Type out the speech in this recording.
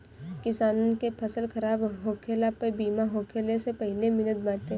किसानन के फसल खराब होखला पअ बीमा होखला से पईसा मिलत बाटे